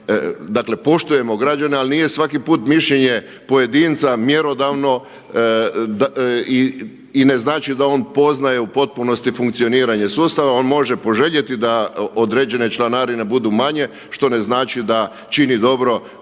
dakle poštujemo građane ali nije svaki put mišljenje pojedinca mjerodavno i ne znači da on poznaje u potpunosti funkcioniranje sustava. On može poželjeti da određene članarine budu manje što ne znači da čini dobro